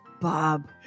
Bob